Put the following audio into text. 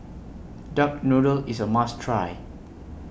Duck Noodle IS A must Try